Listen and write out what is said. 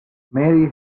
mary